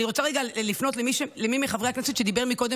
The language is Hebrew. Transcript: אני רוצה רגע לפנות למי מחברי הכנסת שאמר קודם